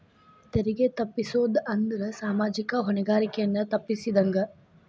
ತೆರಿಗೆ ತಪ್ಪಸೊದ್ ಅಂದ್ರ ಸಾಮಾಜಿಕ ಹೊಣೆಗಾರಿಕೆಯನ್ನ ತಪ್ಪಸಿದಂಗ